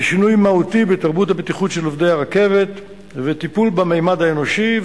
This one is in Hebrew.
לשינוי מהותי בתרבות הבטיחות של עובדי הרכבת ולטיפול בממד האנושי,